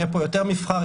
יהיה פה יותר מבחר,